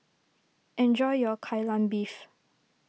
enjoy your Kai Lan Beef